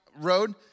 road